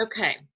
okay